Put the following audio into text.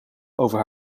over